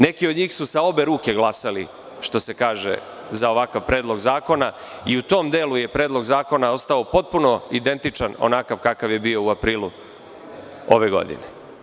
Neki od njih su sa obe ruke glasali, što se kaže, za ovakav Predlog zakona i u tom delu je Predlog zakona ostao potpuno identičan onakav kakav je bio u aprilu ove godine.